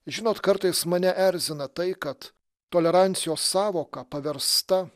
žinot kartais mane erzina tai kad tolerancijos sąvoka paversta